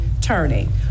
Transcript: turning